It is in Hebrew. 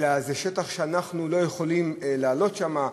אלא זה שטח שאנחנו לא יכולים לעלות אליו,